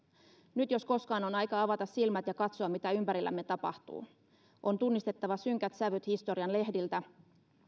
nyt jos koskaan on aika avata silmät ja katsoa mitä ympärillämme tapahtuu on tunnistettava synkät sävyt historian lehdiltä